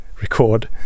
record